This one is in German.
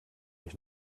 ich